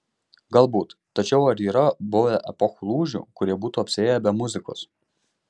galbūt tačiau ar yra buvę epochų lūžių kurie būtų apsiėję be muzikos